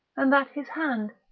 and that his hand,